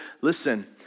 Listen